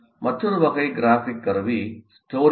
மற்றொரு வகை கிராஃபிக் கருவி ஸ்டோரிபோர்டு